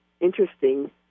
interesting